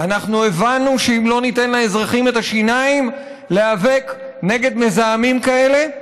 אנחנו הבנו שאם לא ניתן לאזרחים את השיניים להיאבק נגד מזהמים כאלה,